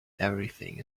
everything